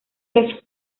los